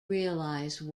realise